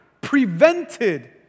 prevented